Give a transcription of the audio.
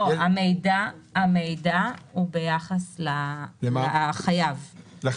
המידע הוא ביחס לחייב.